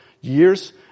years